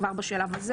כבר בשלב זה